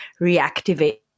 reactivate